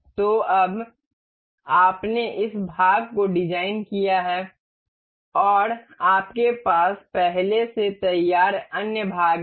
तो अब आपने इस भाग को डिज़ाइन किया है और आपके पास पहले से तैयार अन्य भाग हैं